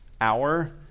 hour